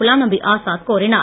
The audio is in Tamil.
குலாம்நபி ஆசாம் கோரினார்